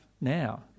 now